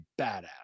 badass